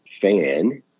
fan